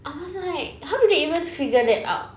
I was like how do they even figure that out